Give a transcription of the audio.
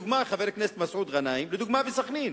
חבר הכנסת מסעוד גנאים, לדוגמה, בסח'נין